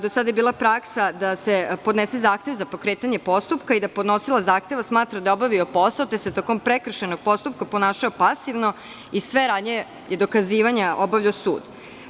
Do sada je bila praksa da se podnese zahtev za pokretanje postupka i da podnosilac zahteva smatra da je obavio posao, te se tokom prekršajnog postupka ponašao pasivno i sve radnje dokazivanja je obavljao sud.